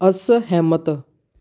ਅਸਹਿਮਤ